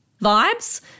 vibes